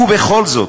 ובכל זאת,